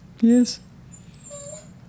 Yes